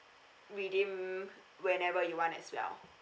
redeem whenever you want as well